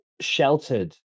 sheltered